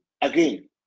again